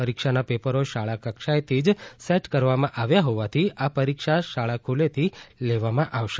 પરીક્ષાના પેપરો શાળા કક્ષાએથી જ સેટ કરવામાં આવ્યા હોવાથી આ પરીક્ષા શાળા ખુલ્યેથી લેવામાં આવશે